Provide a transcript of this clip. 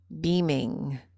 beaming